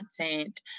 content